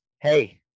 Hey